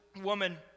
woman